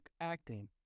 acting